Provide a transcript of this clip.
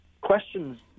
questions